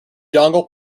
dongle